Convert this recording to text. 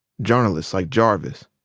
journalists like jarvis,